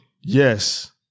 Yes